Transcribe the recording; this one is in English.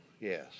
Yes